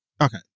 okay